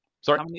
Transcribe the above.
Sorry